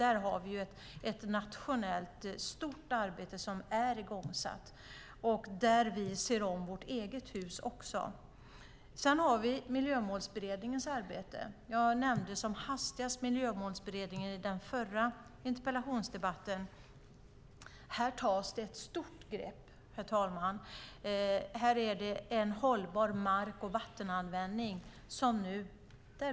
Där har vi ett stort nationellt arbete som är igångsatt där vi även ser om vårt eget hus. Sedan har vi Miljömålsberedningens arbete. Jag nämnde som hastigast Miljömålsberedningen i den förra interpellationsdebatten. Här tas ett stort grepp när det gäller en hållbar mark och vattenanvändning.